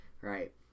Right